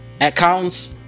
accounts